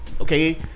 okay